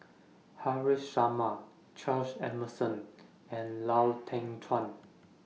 Haresh Sharma Charles Emmerson and Lau Teng Chuan